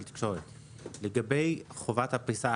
לגבי חובת הפריסה,